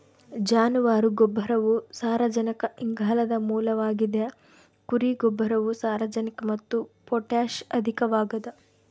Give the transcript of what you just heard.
ಜಾನುವಾರು ಗೊಬ್ಬರವು ಸಾರಜನಕ ಇಂಗಾಲದ ಮೂಲವಾಗಿದ ಕುರಿ ಗೊಬ್ಬರವು ಸಾರಜನಕ ಮತ್ತು ಪೊಟ್ಯಾಷ್ ಅಧಿಕವಾಗದ